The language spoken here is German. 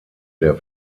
der